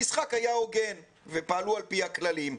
המשחק היה הוגן ופעלו על פי הכללים.